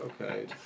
okay